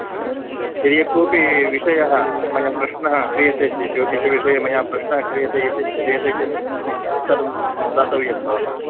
यदि यःकोपि विषयः मया प्रश्नः क्रियते चेत् ज्योतिष्यविषये मया प्रश्नः क्रियते चेत् क्रियते चेत् उत्तरं दातव्यं भवता